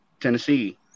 Tennessee